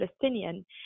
Palestinian